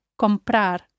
comprar